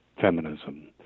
feminism